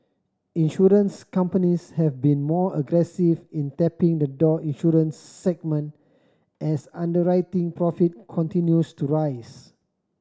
insurance companies have been more aggressive in tapping the door insurance segment as underwriting profit continues to rise